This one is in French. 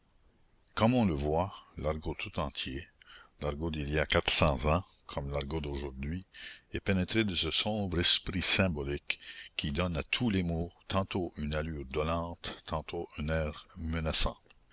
comme on le voit l'argot tout entier l'argot d'il y a quatre cents ans comme l'argot d'aujourd'hui est pénétré de ce sombre esprit symbolique qui donne à tous les mots tantôt une allure dolente tantôt un air menaçant